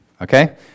okay